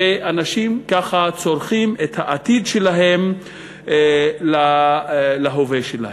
ואנשים ככה צורכים את העתיד שלהם בהווה שלהם,